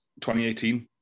2018